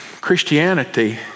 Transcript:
Christianity